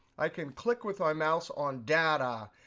i can click with my mouse on data,